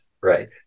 right